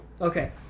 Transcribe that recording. okay